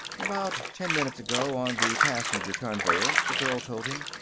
about ten minutes ago, on the passenger conveyer, the girl told him.